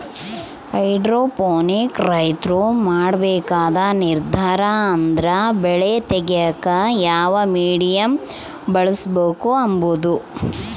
hydroponic ರೈತ್ರು ಮಾಡ್ಬೇಕಾದ ನಿರ್ದಾರ ಅಂದ್ರ ಬೆಳೆ ತೆಗ್ಯೇಕ ಯಾವ ಮೀಡಿಯಮ್ ಬಳುಸ್ಬಕು ಅಂಬದು